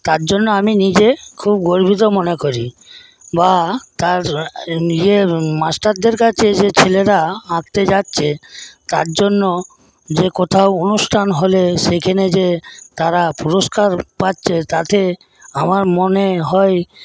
তার জন্য আমি নিজে খুব গর্বিত মনে করি বা তার নিজের মাস্টারদের কাছে যে ছেলেরা আঁকতে যাচ্ছে তার জন্য যে কোথাও অনুষ্ঠান হলে সেখানে যে তারা পুরস্কার পাচ্ছে তাতে আমার মনে হয়